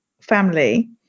family